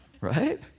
right